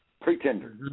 pretender